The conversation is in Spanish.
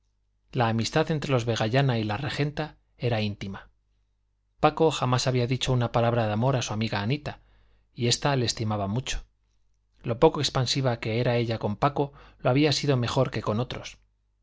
la amistad entre los vegallana y la regenta era íntima paco jamás había dicho una palabra de amor a su amiga anita y esta le estimaba mucho lo poco expansiva que era ella con paco lo había sido mejor que con otros